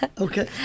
Okay